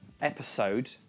episode